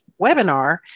webinar